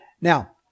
Now